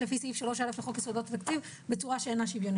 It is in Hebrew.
החולים ולא במישור היחסים שבין המדינה